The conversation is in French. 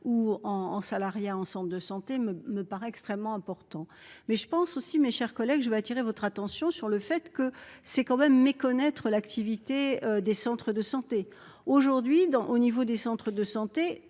en en salariat ensemble de santé me, me paraît extrêmement important mais je pense aussi, mes chers collègues, je voudrais attirer votre attention sur le fait que c'est quand même méconnaître l'activité des centres de santé aujourd'hui dans au niveau des centres de santé,